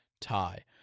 tie